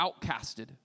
outcasted